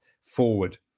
forward